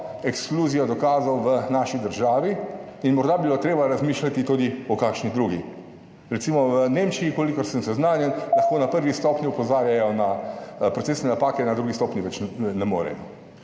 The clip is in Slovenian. ekskluzijo dokazov v naši državi, in morda bi bilo treba razmišljati tudi o kakšni drugi. Recimo v Nemčiji, kolikor sem seznanjen, lahko na prvi stopnji opozarjajo na procesne napake, na drugi stopnji več ne morejo.